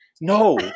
No